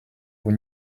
vous